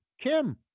Kim